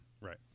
Right